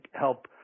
help